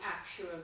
actual